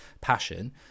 passion